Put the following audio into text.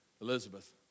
Elizabeth